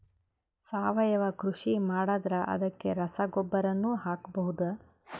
ಸಾವಯವ ಕೃಷಿ ಮಾಡದ್ರ ಅದಕ್ಕೆ ರಸಗೊಬ್ಬರನು ಹಾಕಬಹುದಾ?